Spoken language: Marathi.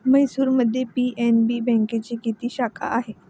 म्हैसूरमध्ये पी.एन.बी बँकेच्या किती शाखा आहेत?